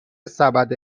سبد